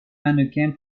mannequin